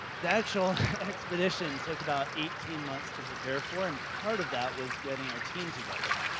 the actual expedition took about eighteen months to prepare for. and part of that was getting our team together.